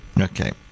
Okay